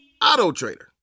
AutoTrader